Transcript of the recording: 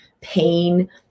pain